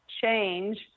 change